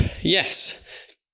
yes